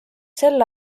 sel